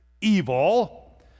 evil